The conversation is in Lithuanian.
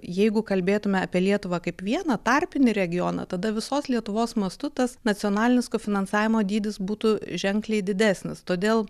jeigu kalbėtume apie lietuvą kaip vieną tarpinį regioną tada visos lietuvos mastu tas nacionalinis kofinansavimo dydis būtų ženkliai didesnis todėl